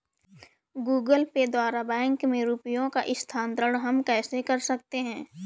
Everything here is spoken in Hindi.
गूगल पे द्वारा बैंक में रुपयों का स्थानांतरण हम कैसे कर सकते हैं?